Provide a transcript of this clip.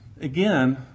again